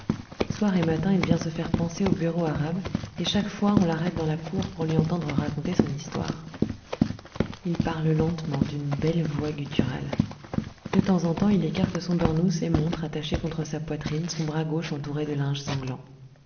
et matin il vient se faire panser au bureau arabe et chaque fois on l'arrête dans la cour pour lui entendre raconter son histoire il parle lentement d'une belle voix gutturale de temps en temps il écarte son beurnouss et montre attaché contre sa poitrine son bras gauche entouré de linges sanglants